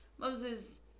Moses